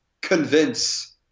convince